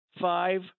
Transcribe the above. five